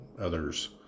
others